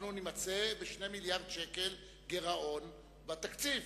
אנחנו נימצא ב-2 מיליארדי שקל גירעון בתקציב,